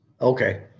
Okay